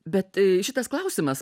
bet šitas klausimas